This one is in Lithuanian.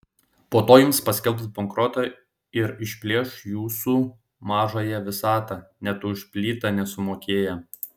po to jums paskelbs bankrotą ir išplėš jūsų mažąją visatą net už plytą nesumokėję